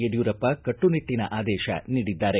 ಯಡಿಯೂರಪ್ಪ ಕಟ್ಟುನಿಟ್ಟನ ಆದೇಶ ನೀಡಿದ್ದಾರೆ